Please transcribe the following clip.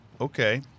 Okay